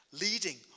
leading